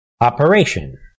operation